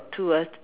to a